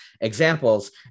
examples